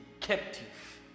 captive